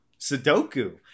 Sudoku